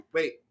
Wait